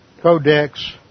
Codex